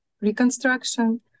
reconstruction